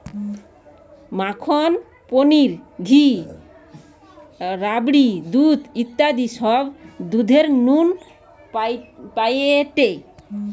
মাখন, পনির, ঘি, রাবড়ি, দুধ ইত্যাদি সব দুধের নু পায়েটে